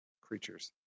creatures